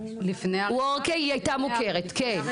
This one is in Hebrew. וורקי היא הייתה מוכרת כן.